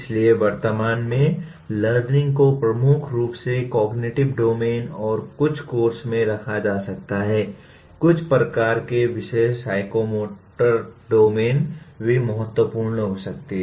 इसलिए वर्तमान में लर्निंग को प्रमुख रूप से कॉग्निटिव डोमेन और कुछ कोर्स में रखा जाता है कुछ प्रकार के विषय साइकोमोटर डोमेन भी महत्वपूर्ण हो सकते हैं